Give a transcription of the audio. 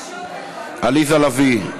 עליזה לביא,